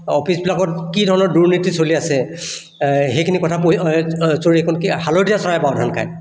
অফিছবিলাকত কি ধৰণৰ দূৰ্নীতি চলি আছে সেইখিনি কথা পঢ়ি চ'ৰি এইখন কি হালধীয়া চৰায়ে বাওধান খায়